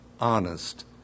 honest